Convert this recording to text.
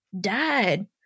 died